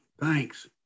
Thanks